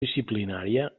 disciplinària